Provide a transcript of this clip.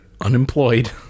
unemployed